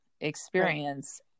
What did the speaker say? experience